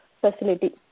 facility